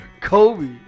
Kobe